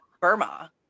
Burma